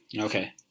Okay